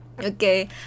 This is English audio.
Okay